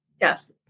Yes